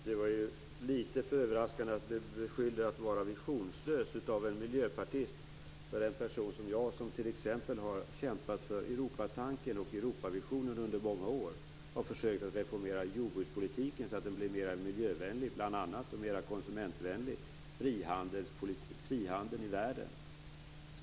Fru talman! Det var litet överraskande att av en miljöpartist bli beskylld för att vara visionslös för en person som jag, som t.ex. har kämpat för Europatanken och Europavisionen under många år, som har försökt reformera jordbrukspolitiken, så att den blir mera miljövänlig och mera konsumentvänlig, och frihandeln i världen.